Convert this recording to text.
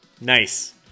nice